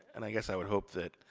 and i guess i would hope that,